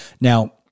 Now